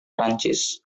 prancis